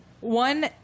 one